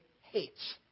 hates